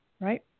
Right